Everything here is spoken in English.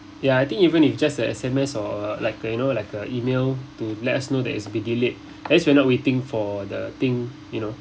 ya I think even if just a S_M_S or like you know like a E-mail to let us know that it's been delayed at least we are not waiting for the thing you know